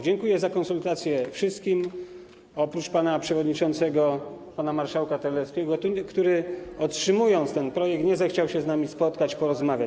Dziękuję za konsultacje wszystkim oprócz pana przewodniczącego, pana marszałka Terleckiego, który otrzymał ten projekt, ale nie zechciał się z nami spotkać, porozmawiać.